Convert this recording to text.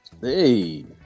Hey